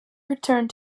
returned